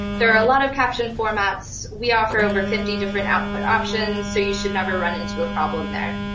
there are a lot of caption formats. we offer over fifty different output options, so you should never run into a problem there.